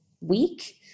week